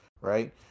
right